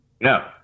no